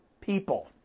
people